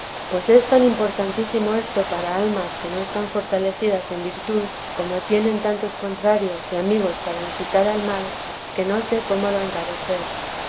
pues es tan importantísimo esto para almas que no están fortalecidas en virtud como tienen tantos contrarios y amigos para incitar al mal que no sé cómo lo encarecer